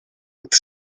with